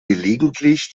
gelegentlich